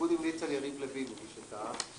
הליכוד המליץ על יריב לוין, למי שתהה.